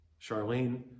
Charlene